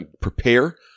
prepare